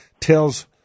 tells